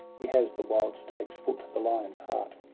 he has the wild stag's foot, the lion's heart.